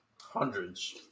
Hundreds